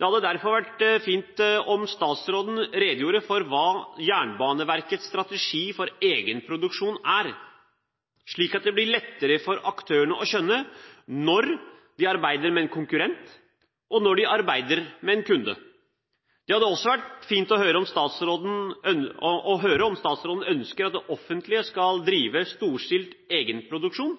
Det hadde derfor vært fint om statsråden redegjorde for hva Jernbaneverkets strategi for egenproduksjon er, slik at det blir lettere for aktørene å skjønne når de arbeider med en konkurrent, og når de arbeider med en kunde. Det hadde også vært fint å høre om statsråden ønsker at det offentlige skal drive storstilt egenproduksjon,